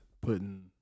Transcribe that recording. putting